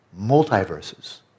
multiverses